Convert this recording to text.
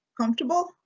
comfortable